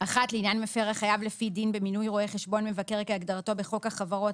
לעניין מפר החייב לפי דין במינוי רואה חשבון מבקר כהגדרתו בחוק החברות,